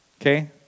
Okay